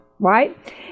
Right